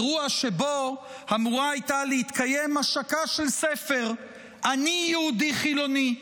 אירוע שבו אמורה הייתה להתקיים השקה של ספר "אני יהודי חילוני"